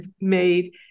made